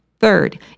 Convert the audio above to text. Third